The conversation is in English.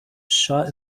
shot